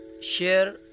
share